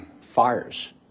Fires